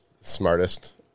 smartest